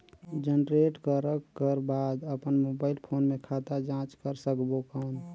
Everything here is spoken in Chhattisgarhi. जनरेट करक कर बाद अपन मोबाइल फोन मे खाता जांच कर सकबो कौन?